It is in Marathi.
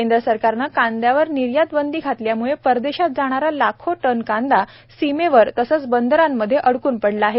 केंद्रसरकारनं कांद्यावर निर्यातबंदी घातल्याम्ळे परदेशात जाणारा लाखो टन कांदा सीमेवर तसंच बंदरांमधे अडकून पडला होता